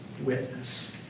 witness